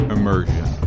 Immersion